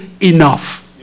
enough